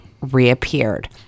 reappeared